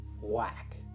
whack